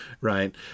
Right